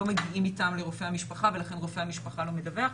מגיעים איתם לרופא המשפחה ולכן רופא המשפחה לא מדווח.